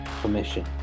permission